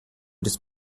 des